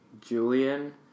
Julian